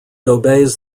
obeys